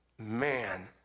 man